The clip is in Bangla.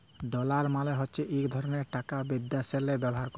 ডলার মালে হছে ইক ধরলের টাকা বিদ্যাশেল্লে ব্যাভার ক্যরে